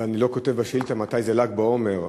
ואני לא כותב בשאילתה מתי זה ל"ג בעומר,